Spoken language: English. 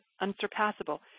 unsurpassable